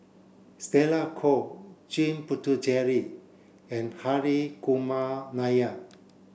Stella Kon Jame Puthucheary and Hri Kumar Nair